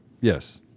Yes